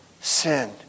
sin